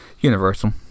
Universal